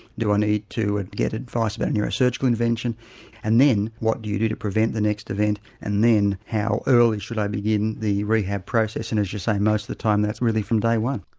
do i need to and get advice about neurosurgical intervention and then, what do you do to prevent the next event and then how early should i begin the rehab process and as you say most of the time that's really from day one.